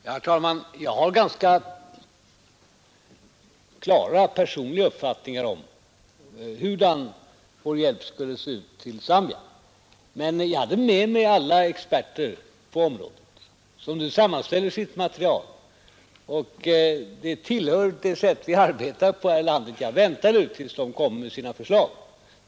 Herr talman! Jag har ganska klara och personliga uppfattningar om hurudan vår hjälp till Zambia skulle se ut. Men jag hade med mig alla experter på området, som nu sammanställer sitt material. Det tillhör det sätt vi arbetar på här i landet. Jag väntar nu tills de kommer med sina förslag.